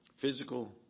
Physical